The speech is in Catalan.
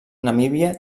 namíbia